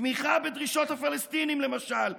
תמיכה בדרישות הפלסטינים, למשל,